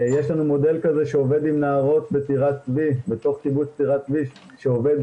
יש לנו מודל כזה שעובד עם נערות בתוך קיבוץ טירת צבי שעובד